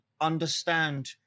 understand